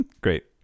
Great